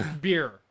beer